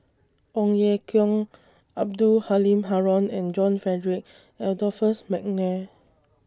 Ong Ye Kung Abdul Halim Haron and John Frederick Adolphus Mcnair